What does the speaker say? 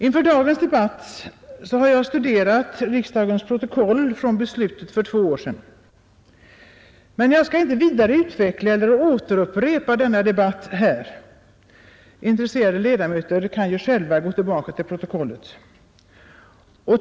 Inför dagens debatt har jag studerat riksdagens protokoll före beslutet för två år sedan, men jag skall inte vidare utveckla eller upprepa denna debatt här — intresserade ledamöter kan ju själva studera protokollet.